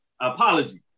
Apology